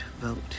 vote